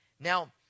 Now